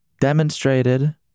demonstrated